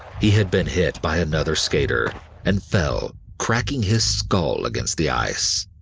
he had been hit by another skater and fell, cracking his skull against the ice.